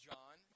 John